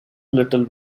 little